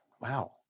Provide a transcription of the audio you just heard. Wow